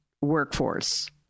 workforce